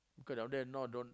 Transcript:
cause down there now don't